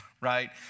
right